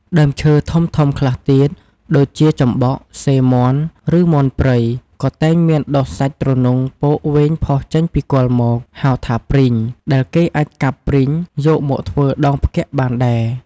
ដើមឈើធំៗខ្លះទៀត ដូចជាចំបក់ សេមាន់ ឬមាន់ព្រៃ ក៏តែងមានដុះសាច់ទ្រនុងពកវែងផុសចេញពីគល់មក ហៅថាព្រីង ដែលគេអាចកាប់ព្រីងយកមកធ្វើដងផ្គាក់បានដែរ ។